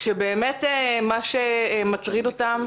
באמת מה שמטריד אותם,